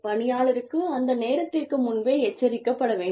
பணியாளருக்கு அந்த நேரத்திற்கு முன்பே எச்சரிக்கப்பட வேண்டும்